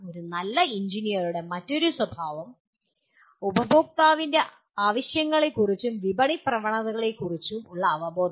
ഒരു നല്ല എഞ്ചിനീയറുടെ മറ്റൊരു സ്വഭാവം ഉപഭോക്താവിൻ്റെ ആവശ്യങ്ങളെക്കുറിച്ചും വിപണി പ്രവണതകളെക്കുറിച്ചും ഉള്ള അവബോധം